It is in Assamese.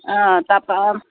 অঁ তাৰ পৰা